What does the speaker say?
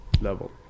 level